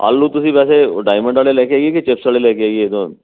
ਆਲੂ ਤੁਸੀਂ ਵੈਸੇ ਡਾਇਮੰਡ ਵਾਲੇ ਲੈ ਕੇ ਆਈਏ ਕਿ ਚਿਪਸ ਵਾਲੇ ਲੈ ਕੇ ਆਈਏ